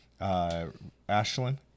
Ashlyn